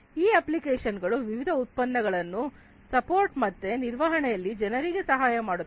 ಈ ಅಪ್ಲಿಕೇಶನ್ಗಳು ವಿವಿಧ ಉತ್ಪನ್ನಗಳನ್ನುಸಪೋರ್ಟ್ ಮತ್ತು ನಿರ್ವಹಣೆಯಲ್ಲಿ ಜನರಿಗೆ ಸಹಾಯಮಾಡುತ್ತದೆ